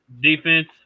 defense